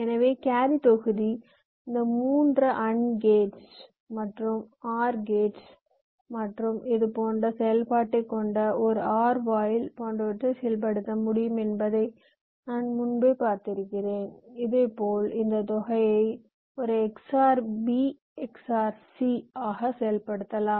எனவே கேரி தொகுதி இந்த 3 அண்ட் கேட்ஸ் மற்றும் ஆர் கேட்ஸ் மற்றும் இது போன்ற செயல்பாட்டைக் கொண்ட ஒரு OR வாயில் போன்றவற்றை செயல்படுத்த முடியும் என்பதை நான் முன்பே பார்த்திருக்கிறேன் இதேபோல் இந்த தொகையை A XOR B XOR C ஆக செயல்படுத்தலாம்